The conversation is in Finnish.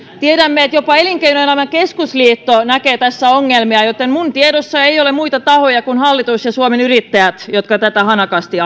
tiedämme että jopa elinkeinoelämän keskusliitto näkee tässä ongelmia joten minun tiedossani ei ole muita tahoja kuin hallitus ja suomen yrittäjät jotka tätä hanakasti